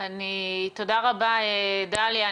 תודה רבה, דליה.